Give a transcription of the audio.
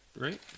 right